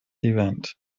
event